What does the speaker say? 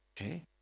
Okay